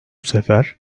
sefer